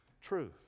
truth